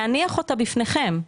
להניח אותן בפניכם,